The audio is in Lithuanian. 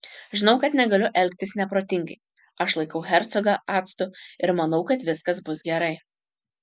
žinau kad negaliu elgtis neprotingai aš laikiau hercogą atstu ir manau kad viskas bus gerai